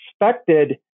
expected